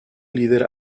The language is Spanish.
líder